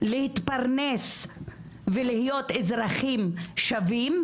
להתפרנס ולהיות אזרחים שווים,